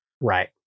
Right